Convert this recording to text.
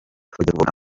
kuvoma